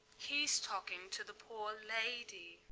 he's talking to the poor lady.